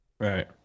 right